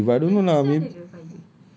I punya three G but I don't know lah mayb~